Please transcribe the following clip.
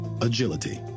Agility